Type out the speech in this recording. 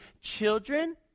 children